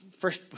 first